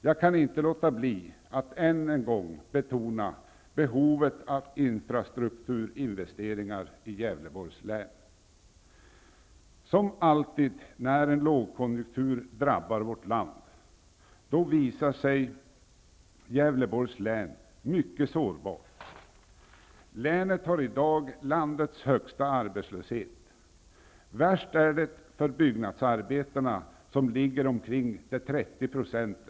Jag kan inte låta bli att än en gång betona behovet av infrastrukturinvesteringar i Gävleborgs län. Som alltid när en lågkonjunktur drabbar vårt land visar sig Gävleborgs län mycket sårbart. Länet har i dag landets högsta arbetslöshet. Värst är det för byggnadsarbetarna där arbetslösheten ligger på omkring 30 %.